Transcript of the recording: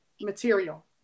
Material